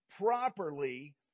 properly